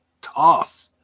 tough